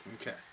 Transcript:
Okay